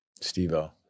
steve-o